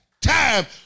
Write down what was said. time